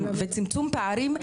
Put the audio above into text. לצמצום פערים,